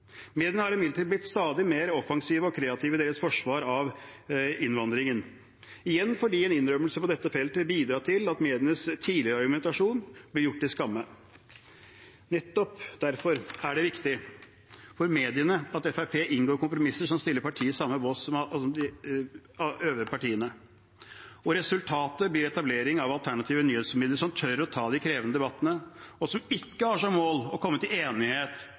Mediene har imidlertid blitt stadig mer offensive og kreative i sitt forsvar av innvandringen – igjen fordi en innrømmelse på dette feltet vil bidra til at medienes tidligere argumentasjon blir gjort til skamme. Nettopp derfor er det viktig for mediene at Fremskrittspartiet inngår kompromisser som setter partiet i samme bås som de øvrige partiene. Resultatet blir etableringen av alternative nyhetsmedier som tør å ta de krevende debattene, og som ikke har som mål å komme til enighet